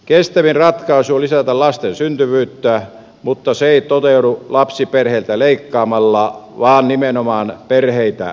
kestävin ratkaisu on lisätä lasten syntyvyyttä mutta se ei toteudu lapsiperheiltä leikkaamalla vaan nimenomaan perheitä tukemalla